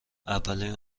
اولین